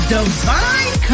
Divine